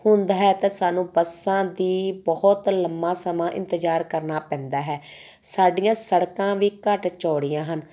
ਹੁੰਦਾ ਹੈ ਤਾਂ ਸਾਨੂੰ ਬੱਸਾਂ ਦੀ ਬਹੁਤ ਲੰਬਾ ਸਮਾਂ ਇੰਤਜ਼ਾਰ ਕਰਨਾ ਪੈਂਦਾ ਹੈ ਸਾਡੀਆਂ ਸੜਕਾਂ ਵੀ ਘੱਟ ਚੌੜੀਆਂ ਹਨ